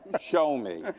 show me.